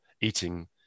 eating